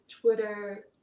Twitter